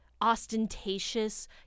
ostentatious